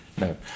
No